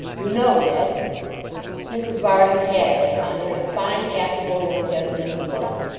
you know ned mrs varden had that honour, and a fine affable young gentleman he was.